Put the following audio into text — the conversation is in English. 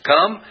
Come